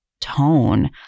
tone